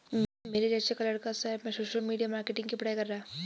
मेरे चाचा का लड़का शहर में सोशल मीडिया मार्केटिंग की पढ़ाई कर रहा है